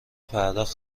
پرداخت